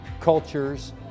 cultures